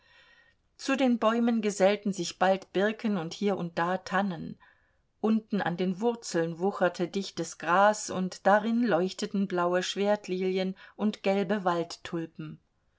zu den bäumen gesellten sich bald birken und hier und da tannen unten an den wurzeln wucherte dichtes gras und darin leuchteten blaue schwertlilien und gelbe waldtulpen